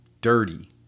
dirty